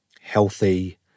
healthy